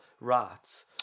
rats